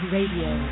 Radio